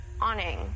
awning